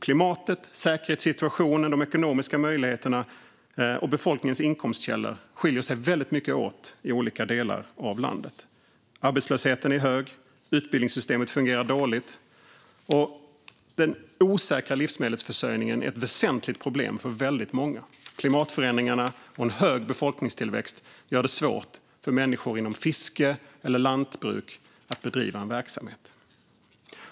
Klimatet, säkerhetssituationen, de ekonomiska möjligheterna och befolkningens inkomstkällor skiljer sig mycket åt i olika delar av landet. Arbetslösheten är hög, utbildningssystemet fungerar dåligt och den osäkra livsmedelsförsörjningen är ett väsentligt problem för många. Klimatförändringarna och en hög befolkningstillväxt gör det svårt för människor inom fiske och lantbruk att bedriva verksamhet.